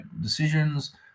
decisions